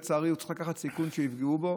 לצערי הוא צריך לקחת סיכון שיפגעו בו.